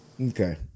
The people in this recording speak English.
Okay